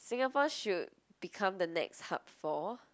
Singapore should become the next hub for